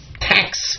Tax